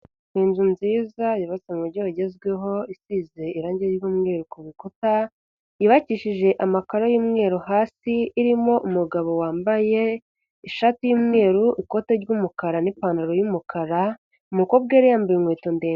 Inzu nziza yubatswe mu buryo bugezweho isize irangi ry'umweru ku rukuta yubakishije amakaro y'umweru hasi, irimo umugabo wambaye ishati y'umweru, ikoti ry'umukara n'ipantaro y'umukara umukobwa yari yambaye inkweto ndende.